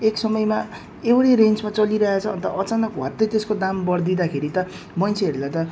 एक समयमा एउटा रेन्जमा चलिरहेछ अन्त अचानक ह्वात्त त्यसको दाम बढिदिँदाखेरि त मान्छेहरूलाई त